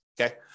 okay